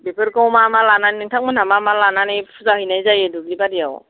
बेफोरखौ मा मा लानानै नोंंथामोनहा मा मा लानानै फुजा हैनाय जायो दुब्लि बारियाव